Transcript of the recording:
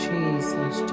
Jesus